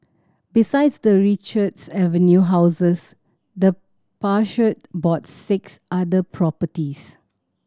besides the Richards Avenue houses the patriarch bought six other properties